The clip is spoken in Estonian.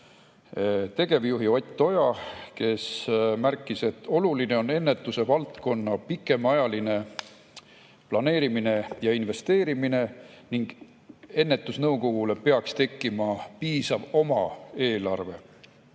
tegevjuhi Ott Oja, kes märkis, et oluline on ennetuse valdkonna pikemaajaline planeerimine ja sinna investeerimine ning ennetusnõukogule peaks tekkima piisav oma eelarve.